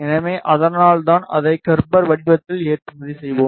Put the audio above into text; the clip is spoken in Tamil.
எனவே அதனால்தான் அதை கெர்பர் வடிவத்தில் ஏற்றுமதி செய்வோம்